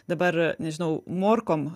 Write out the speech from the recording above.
dabar nežinau morkom